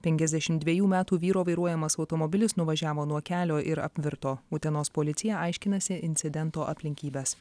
penkiasdešim dvejų metų vyro vairuojamas automobilis nuvažiavo nuo kelio ir apvirto utenos policija aiškinasi incidento aplinkybes